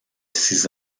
six